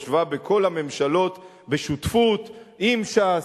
בכל הממשלות בשותפות עם ש"ס,